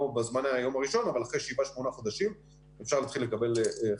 לא ביום הראשון אבל אחרי שבעה-שמונה חודשים אפשר להתחיל לקבל חיסונים.